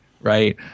right